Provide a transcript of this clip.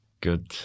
good